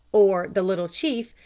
or the little chief,